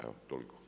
Evo toliko.